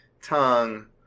tongue